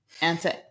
answer